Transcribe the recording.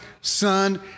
Son